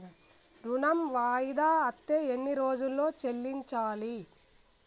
ఋణం వాయిదా అత్తే ఎన్ని రోజుల్లో చెల్లించాలి?